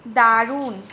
দারুন